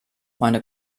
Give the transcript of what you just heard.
meine